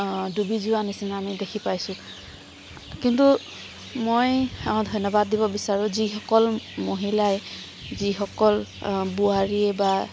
ডুবি যোৱা নিচিনা আমি দেখি পাইছোঁ কিন্তু মই ধন্যবাদ দিব বিচাৰোঁ যিসকল মহিলাই যিসকল বোৱাৰী বা